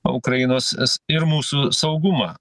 ukrainos es ir mūsų saugumą